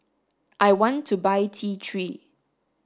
I want to buy T three